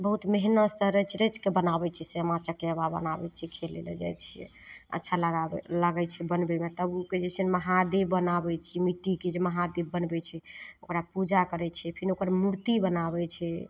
बहुत मेहनतिसे रचि रचिके बनाबै छिए सामा चकेबा बनाबै छिए खेलै ले जाइ छिए अच्छा लगाबै लागै छै बनबैमे तब ओहिके जे छै महादेव बनाबै छिए मिट्टीके जे महादेव बनबै छै ओकरा पूजा करै छिए फेर ओकर मुरति बनाबै छै